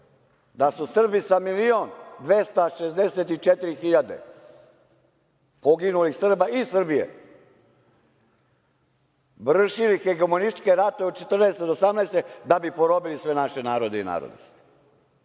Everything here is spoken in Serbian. da su Srbi sa milion i 264 hiljade, poginulih Srba iz Srbije, vršili hegemonističke ratove od 14. do 18. da bi porobili naše narode i narodnosti. Stvarno